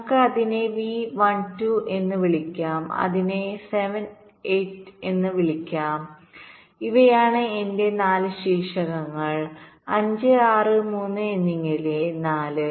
നമുക്ക് അതിനെ v 1 2 എന്ന് വിളിക്കാം നമുക്ക് അതിനെ 7 8 എന്ന് വിളിക്കാം ഇവയാണ് എന്റെ 4 ശീർഷങ്ങൾ 5 6 3 എന്നിങ്ങനെ 4